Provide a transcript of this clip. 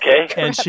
okay